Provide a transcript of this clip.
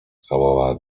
zawołała